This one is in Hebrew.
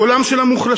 קולם של המוחלשים,